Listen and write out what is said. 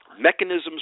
mechanisms